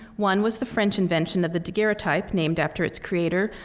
one was the french invention of the daguerreotype, named after its creator,